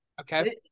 okay